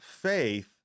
faith